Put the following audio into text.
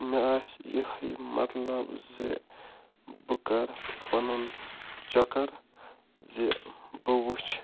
مےٚ آسہِ یِہے مطلب زِ بہٕ کَرٕ پَنُن چَکر زِ بہٕ وٕچھہِ